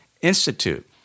Institute